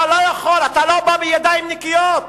אתה לא בא בידיים נקיות.